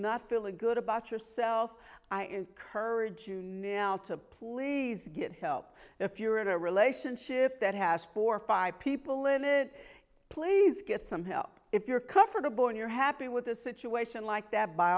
not feeling good about yourself i encourage you now to please get help if you're in a relationship that has four or five people in it please get some help if you're comfortable and you're happy with a situation like that by